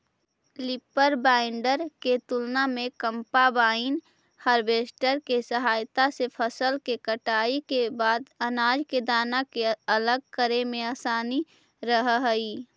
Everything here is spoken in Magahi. रीपर बाइन्डर के तुलना में कम्बाइन हार्वेस्टर के सहायता से फसल के कटाई के बाद अनाज के दाना के अलग करे में असानी रहऽ हई